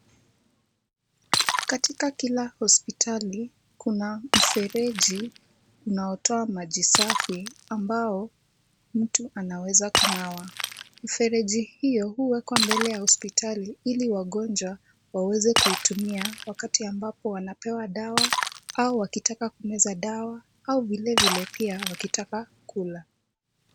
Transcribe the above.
Katika kila hospitali kuna mfereji unaotoa maji safi ambao mtu anaweza kunawa. Mifereji hiyo huwekwa mbele ya hospitali ili wagonjwa waweze kuitumia wakati ambapo wanapewa dawa au wakitaka kumeza dawa au vile vile pia wakitaka Kula.